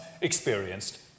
experienced